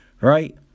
right